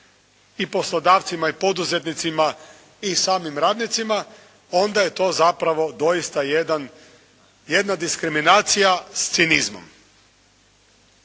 i poslodavcima i poduzetnicima, i samim radnicima onda je to zapravo doista jedna diskriminacija s cinizmom